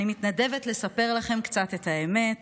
אני מתנדבת לספר לכם קצת את האמת,